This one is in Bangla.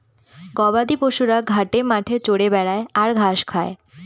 গবাদি পশুরা ঘাটে মাঠে চরে বেড়ায় আর ঘাস খায়